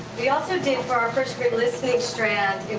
we also did, for our first-grade listening strand,